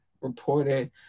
reported